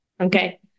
Okay